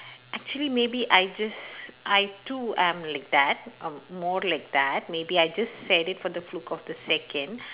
actually maybe I just I too am like that um more like that maybe I just said it for the fluke of the second